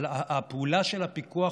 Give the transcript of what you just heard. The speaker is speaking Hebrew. אבל הפעולה של הפיקוח,